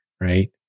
right